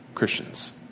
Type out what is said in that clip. Christians